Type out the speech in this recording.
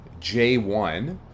J1